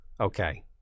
Okay